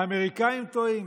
האמריקאים טועים?